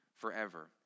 forever